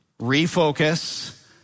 refocus